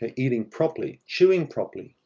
ah eating properly, chewing properly,